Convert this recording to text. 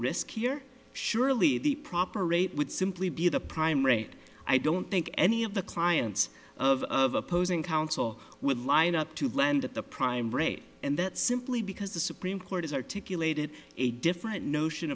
risk here surely the proper rate would simply be the prime rate i don't think any of the clients of opposing counsel would line up to lend at the prime rate and that simply because the supreme court has articulated a different notion